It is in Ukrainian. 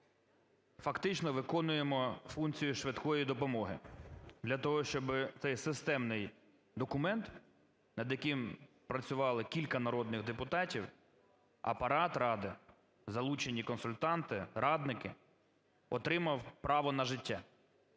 фактично виконуємо функцію швидкої допомоги, для того, щоб цей системний документ, над яким працювали кілька народних депутатів, Апарат Ради, залучені консультанти, радники, отримав право на життя.